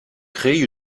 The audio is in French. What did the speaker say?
créer